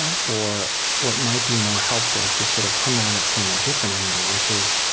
yeah or what might be more helpful is to sort of come at it from a different angle, which is,